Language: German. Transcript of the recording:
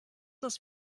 das